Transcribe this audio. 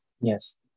Yes